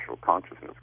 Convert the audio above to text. consciousness